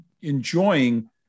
enjoying